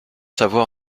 savoir